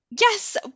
Yes